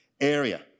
area